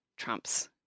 trumps